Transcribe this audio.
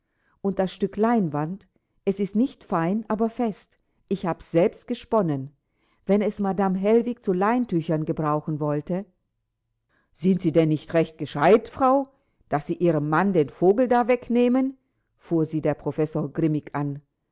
und das stück leinwand es ist nicht fein aber fest ich habs selbst gesponnen wenn es madame hellwig zu leintüchern gebrauchen wollte sind sie denn nicht recht gescheit frau daß sie ihrem mann den vogel da wegnehmen fuhr sie der professor grimmig an